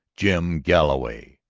jim galloway!